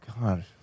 god